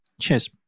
Cheers